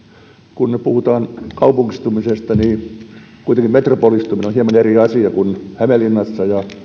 kun puhutaan kaupungistumisesta kuitenkin metropolistuminen on hieman eri asia kun hämeenlinnassa ja